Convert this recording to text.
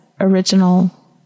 original